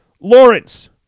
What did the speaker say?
Lawrence